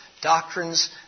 doctrines